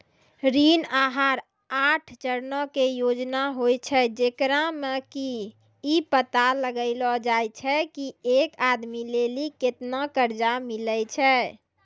ऋण आहार आठ चरणो के योजना होय छै, जेकरा मे कि इ पता लगैलो जाय छै की एक आदमी लेली केतना कर्जा मिलै छै